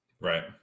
Right